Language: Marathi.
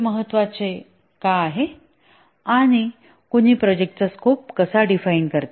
हे महत्त्वाचे का आहे आणि कुणी प्रोजेक्टचा स्कोप कसा डिफाइन करते